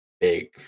big